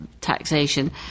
taxation